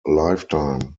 lifetime